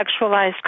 sexualized